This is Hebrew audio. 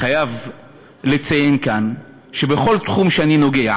חייב לציין כאן שבכל תחום שאני נוגע